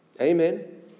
Amen